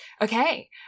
Okay